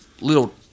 little